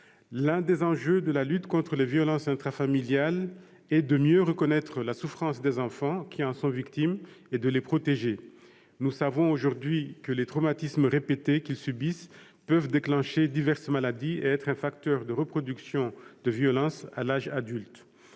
L'un des enjeux de la lutte contre les violences intrafamiliales est de mieux reconnaître la souffrance des enfants qui en sont victimes et de les protéger. Nous savons aujourd'hui que les traumatismes répétés qu'ils subissent peuvent déclencher diverses maladies et être un facteur de reproduction de violences à l'âge adulte.